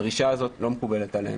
הדרישה הזאת לא מקובלת עלינו.